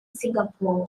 singapore